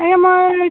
ଆଜ୍ଞା